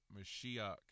Mashiach